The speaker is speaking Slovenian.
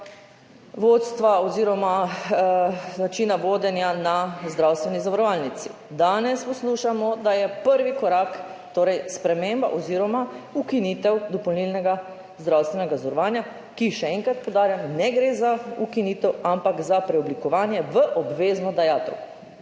vodstva oziroma načina vodenja na zdravstveni zavarovalnici, danes poslušamo, da je prvi korak sprememba oziroma ukinitev dopolnilnega zdravstvenega zavarovanja, kjer, še enkrat poudarjam, ne gre za ukinitev, ampak za preoblikovanje v obvezno dajatev.